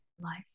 life